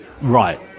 right